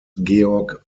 georg